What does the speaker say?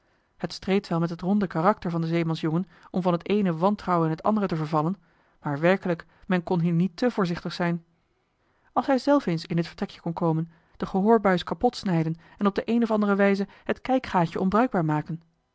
het streed wel met het ronde karakter van den zeemansjongen om van het eene wantrouwen in het andere te vervallen maar werkelijk men kon hier niet te voorzichtig zijn als hij zelf eens in dit vertrekje kon komen de gehoorbuis kapot snijden en op de een of andere wijze het kijkgaatje onbruikbaar maken